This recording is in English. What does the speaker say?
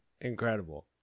incredible